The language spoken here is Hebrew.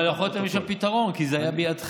אבל יכולתם למצוא פתרון, כי זה היה בידכם.